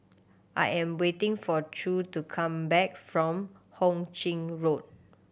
I am waiting for True to come back from Ho Ching Road